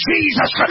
Jesus